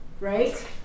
right